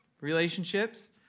relationships